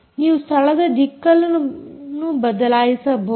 ನೀವು ಸ್ಥಳದ ದಿಕ್ಕನ್ನು ಬದಲಾಯಿಸಬಹುದು